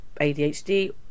ADHD